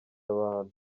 abantu